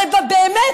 הרי באמת,